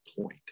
point